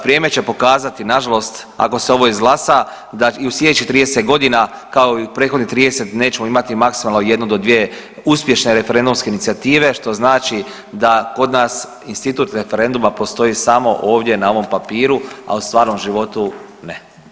Vrijeme će pokazati nažalost ako se ovo izglasa da i u slijedećih 30 godina kao i u prethodnih 30 nećemo imati maksimalno jednu do dvije uspješne referendumske inicijative što znači da kod nas institut referenduma postoji samo ovdje na ovom papiru, a u stvarnom životu ne.